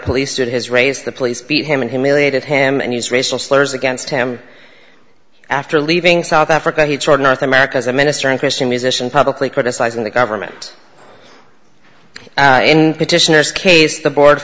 police did his raise the police beat him and humiliated him and used racial slurs against him after leaving south africa he told north america as a minister and christian musician publicly criticizing the government and petitioner's case the board